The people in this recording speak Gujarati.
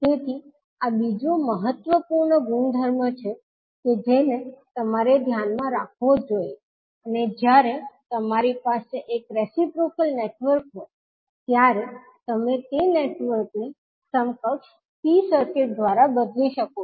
તેથી આ બીજો મહત્વપૂર્ણ ગુણધર્મ છે કે જેને તમારે ધ્યાનમાં રાખવો જ જોઇએ અને જ્યારે તમારી પાસે એક રેસીપ્રોકલ નેટવર્ક હોય ત્યારે તમે તે નેટવર્કને સમકક્ષ T સર્કિટ દ્વારા બદલી શકો છો